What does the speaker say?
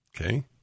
okay